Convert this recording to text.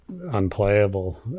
unplayable